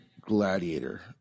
Gladiator